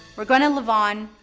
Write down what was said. we're gonna leave on.